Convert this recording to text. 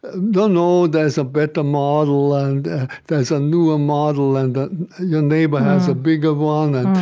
and no, there's a better model, and there's a newer model, and your neighbor has a bigger one.